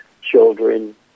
children